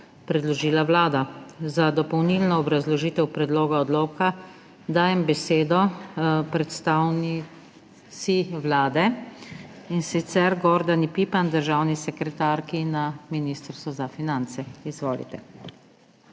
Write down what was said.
predložila Vlada. Za dopolnilno obrazložitev predloga odloka dajem besedo predstavnici Vlade, in sicer Gordani Pipan, državni sekretarki na Ministrstvu za finance. Izvolite.